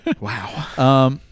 Wow